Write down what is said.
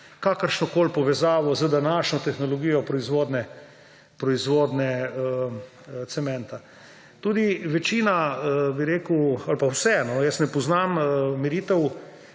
kakršnokoli povezavo z današnjo tehnologijo proizvodnje cementa. Tudi večina ali pa vse, jaz ne poznam meritev,